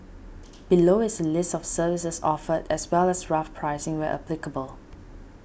below is a list of services offered as well as rough pricing where applicable